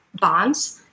bonds